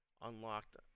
Unlocked